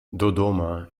dodoma